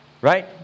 right